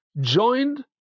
joined